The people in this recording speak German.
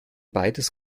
beides